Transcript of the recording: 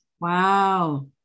Wow